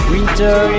Winter